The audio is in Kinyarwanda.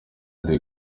the